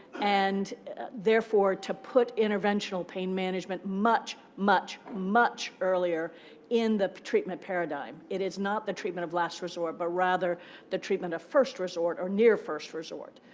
and therefore, to put interventional pain management much, much, much earlier in the treatment paradigm. it is not the treatment of last resort, but rather the treatment of first resort or near first resort.